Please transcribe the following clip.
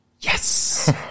yes